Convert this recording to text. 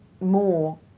more